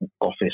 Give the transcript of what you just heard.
office